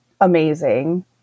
amazing